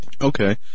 Okay